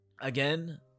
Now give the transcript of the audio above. Again